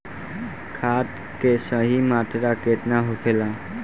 खाद्य के सही मात्रा केतना होखेला?